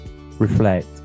reflect